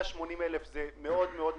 180,000 זה מאוד מאוד משמעותי.